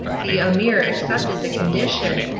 the emir accepted the condition,